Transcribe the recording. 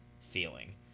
feeling